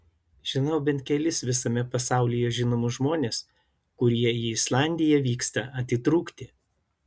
žinau bent kelis visame pasaulyje žinomus žmones kurie į islandiją vyksta atitrūkti